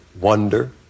wonder